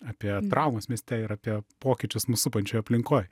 apie traumas mieste ir apie pokyčius mus supančioj aplinkoj